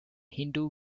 hindu